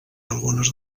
algunes